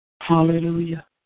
Hallelujah